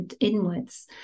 inwards